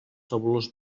fabulós